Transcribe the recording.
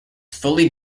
fully